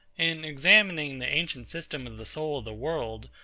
in examining the ancient system of the soul of the world,